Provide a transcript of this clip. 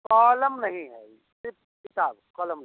column नहीं है सिर्फ़ किताब कॉलम नहीं